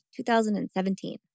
2017